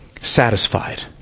satisfied